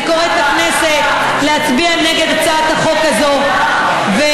אני קוראת לכנסת להצביע נגד הצעת החוק הזאת ולהביע,